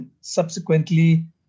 subsequently